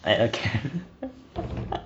like ka~